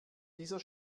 dieser